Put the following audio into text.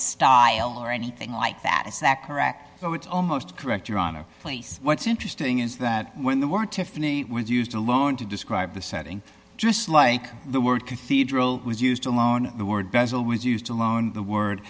style or anything like that is that correct so it's almost correct your honor place what's interesting is that when the word tiffany was used alone to describe the setting just like the word cathedral was used alone the word bezel was used alone the word